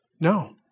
No